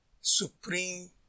supreme